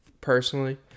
personally